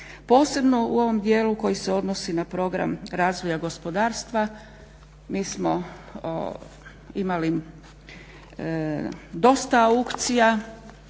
posebno u ovom dijelu koji se odnosi na program razvoja gospodarstva. Mi smo imali dosta aukcija